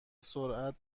سرعت